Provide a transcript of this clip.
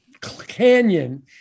Canyon